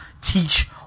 teach